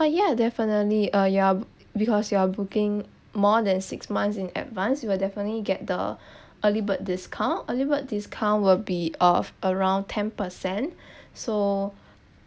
ah yeah definitely uh you are because you are booking more than six months in advance you will definitely get the early bird discount early bird discount will be of around ten percent so